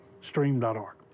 stream.org